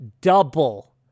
double